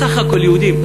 סך הכול יהודים,